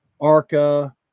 Arca